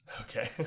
Okay